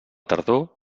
tardor